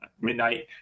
midnight